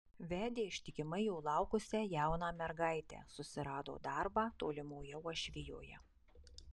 vedė ištikimai jo laukusią jauną mergaitę susirado darbą tolimoje uošvijoje